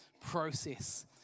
process